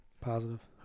Positive